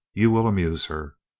you will amuse her.